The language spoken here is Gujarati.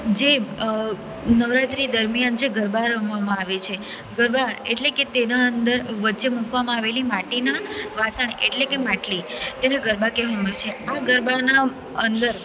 જે નવરાત્રી દરમિયાન જે ગરબા રમવામાં આવે છે ગરબા એટલે કે તેના અંદર વચ્ચે મુકવામાં આવેલી માટીના વાસણ એટલે કે માટલી ત્યારે ગરબા કહેવામાં આવે છે આ ગરબાના અંદર